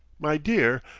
my dear,